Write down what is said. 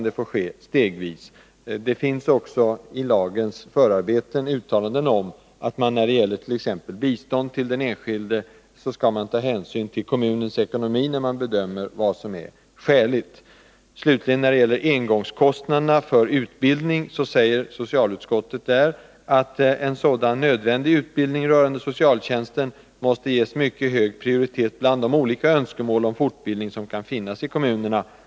Det får ske stegvis. Det finns också i lagens förarbeten uttalanden om att man t.ex. när det gäller bistånd till den enskilde skall ta hänsyn till kommunens ekonomi när man bedömer vad som är skäligt. När det gäller engångskostnaderna för personalutbildning säger socialutskottet att en sådan ”nödvändig utbildning rörande socialtjänsten måste ges mycket hög prioritet bland de olika önskemål om fortbildning m.m. som kan Nr 29 finnas i kommunerna”.